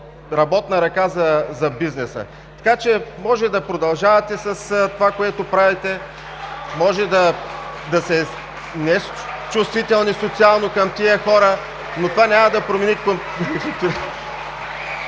работна ръка за бизнеса. Така че можете да продължавате с това, което правите – нечувствителни социално към тези хора, но това няма да промени...